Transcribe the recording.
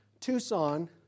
Tucson